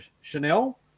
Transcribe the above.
Chanel